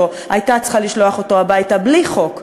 הייתה צריכה לשלוח אותו הביתה בלי חוק.